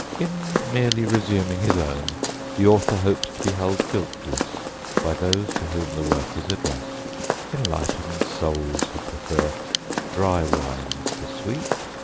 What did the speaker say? in merely resuming his own the author hopes to be held guiltless by those to whom the work is addressed enlightened souls who prefer dry wines to sweet,